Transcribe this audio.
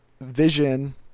Vision